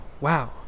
wow